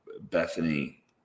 Bethany